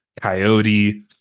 coyote